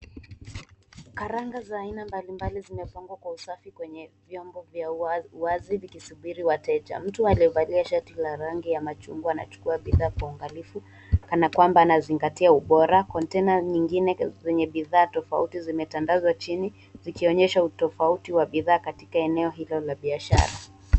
Karanga za aina mbalimbali zimepangwa kwa usafi kwenye vyombo vya uwazi vikisubiri wateja. Mtu aliyevalia shati la rangi ya machungwa anachukua bidhaa kwa uangalifu kana kwamba anazingatia ubora. Kontena nyingine kadhaa zenye bidhaa tofauti zimetandazwa chini zikionyesha utofauti wa bidhaa katika eneo hilo la biashara.